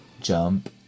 jump